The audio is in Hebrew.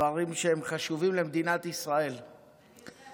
דברים שהם חשובים למדינת ישראל ולעולם.